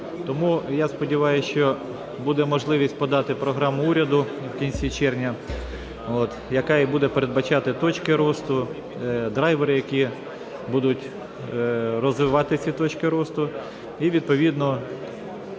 Тому я сподіваюся, що буде можливість подати програму уряду в кінці червня, яка і буде передбачати точки росту, драйвери, які будуть розвивати ці точки росту, і відповідно